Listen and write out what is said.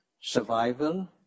survival